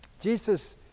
Jesus